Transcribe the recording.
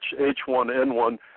H1N1